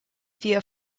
via